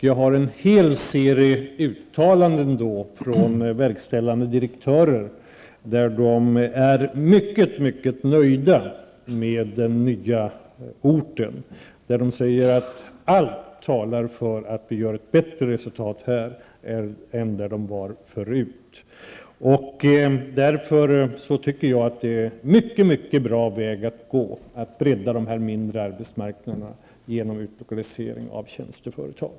Jag har en hel serie uttalanden från verkställande direktörer där de säger sig vara mycket nöjda med den nya ordningen. De säger att allt talar för att de gör ett bättre resultat där än där de var förut. Därför tycker jag att det är en mycket bra väg att gå att bredda de mindre arbetsmarknaderna genom utlokalisering av tjänsteföretag.